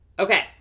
Okay